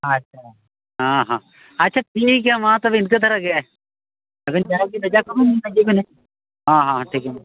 ᱟᱪᱪᱷᱟ ᱦᱮᱸ ᱦᱮᱸ ᱟᱪᱪᱷᱟ ᱴᱷᱤᱠ ᱜᱮᱭᱟ ᱢᱟ ᱛᱚᱵᱮ ᱤᱱᱠᱟᱹ ᱫᱷᱟᱨᱟ ᱜᱮ ᱟᱹᱵᱤᱱ ᱡᱟᱦᱟᱸᱭ ᱜᱮ ᱵᱷᱮᱡᱟ ᱠᱚᱵᱤᱱ ᱦᱮᱸ ᱦᱮᱸ ᱴᱷᱤᱠ ᱜᱮᱭᱟ